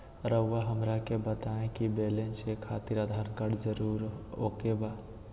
रउआ हमरा के बताए कि बैलेंस चेक खातिर आधार कार्ड जरूर ओके बाय?